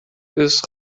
ist